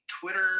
twitter